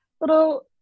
little